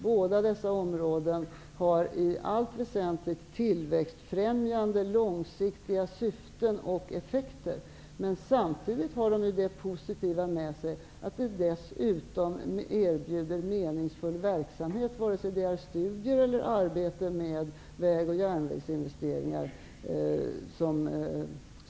Båda dessa områden har i allt väsentligt tillväxtfrämjande, långsiktiga syften och effekter. Samtidigt har de det positiva med sig att de erbjuder meningsfull verksamhet, vare sig det gäller studier eller arbete med väg och järnvägsinvesteringar.